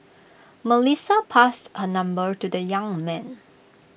Melissa passed her number to the young man